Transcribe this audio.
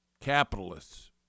capitalists